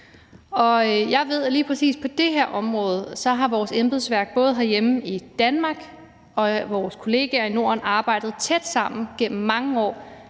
Og jeg ved, at lige præcis på det her område har både vores embedsværk herhjemme i Danmark og vores kollegaer i Norden arbejdet tæt sammen igennem mange år